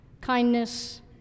kindness